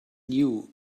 knew